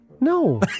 No